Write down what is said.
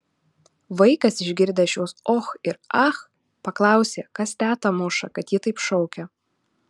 vaikas išgirdęs šiuos och ir ach paklausė kas tetą muša kad ji taip šaukia